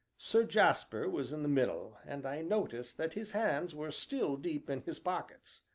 sir jasper was in the middle, and i noticed that his hands were still deep in his pockets.